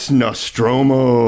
nostromo